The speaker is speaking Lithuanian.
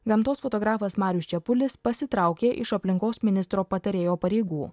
gamtos fotografas marius čepulis pasitraukė iš aplinkos ministro patarėjo pareigų